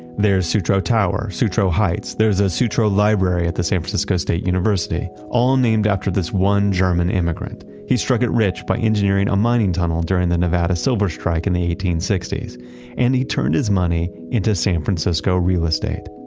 there's sutro tower, sutro heights. there's a sutro library at the san francisco state university, all named after this one german immigrant. he struck it rich by engineering a mining tunnel during the nevada silver strike in the eighteen sixty s and he turned his money into san francisco real estate.